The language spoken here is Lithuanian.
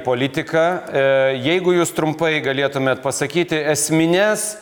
politiką jeigu jūs trumpai galėtumėte pasakyti esmines